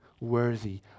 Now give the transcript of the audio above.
worthy